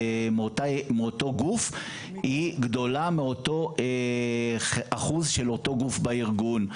גוף היא גדולה מאותו אחוז של אותו גוף בארגון,